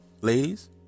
Ladies